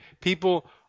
people